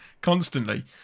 constantly